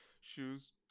shoes